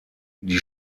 die